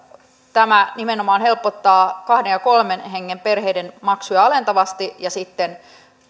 tämä esitys nimenomaan helpottaa kahden ja kolmen hengen perheitä alentaa maksuja ja sitten